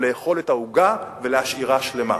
או לאכול את העוגה ולהשאירה שלמה.